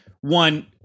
One